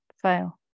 fail